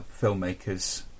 filmmakers